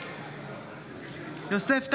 יוסף טייב,